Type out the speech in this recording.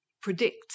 predict